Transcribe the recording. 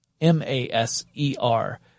M-A-S-E-R